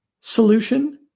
solution